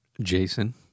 Jason